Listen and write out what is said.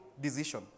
decision